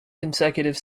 consecutive